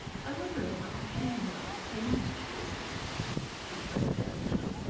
i wonder if i have change enough to pay my subscription she spoke girlishly.